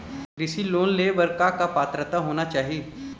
कृषि लोन ले बर बर का का पात्रता होना चाही?